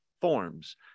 forms